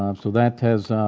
um so that has